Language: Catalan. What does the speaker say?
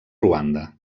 ruanda